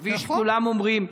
כפי שכולם אומרים,